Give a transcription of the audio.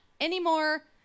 anymore